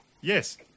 Yes